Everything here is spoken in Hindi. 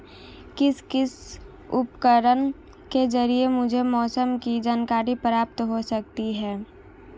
किस किस उपकरण के ज़रिए मुझे मौसम की जानकारी प्राप्त हो सकती है?